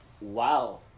Wow